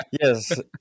Yes